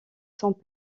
sans